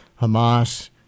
Hamas